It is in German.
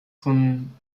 von